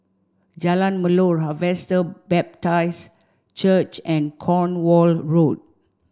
Jalan Melor Harvester Baptist Church and Cornwall Road